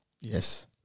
Yes